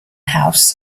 house